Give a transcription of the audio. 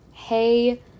Hey